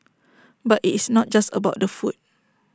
but IT is not just about the food